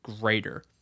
greater